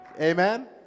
Amen